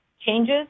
changes